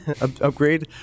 upgrade